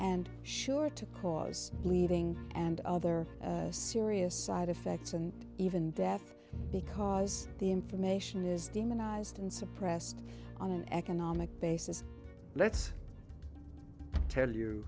and sure to cause bleeding and other serious side effects and even death because the information is demonized and suppressed on an economic basis let's tell you